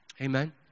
Amen